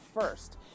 first